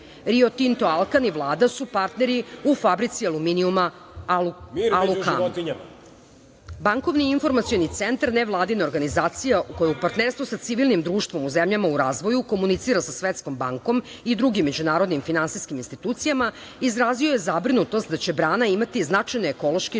Rio Tinto - Alkan i Vlada su partneri u fabrici aluminijuma „Alukam“.Bankovni informacioni centar nevladine organizacije koja u partnerstvu sa civilnim društvom u zemljama u razvoju komunicira sa Svetskom bankom i drugim međunarodnim finansijskim institucijama, izrazio je zabrinutost da će brana imati značajne ekološke i